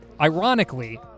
Ironically